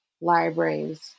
libraries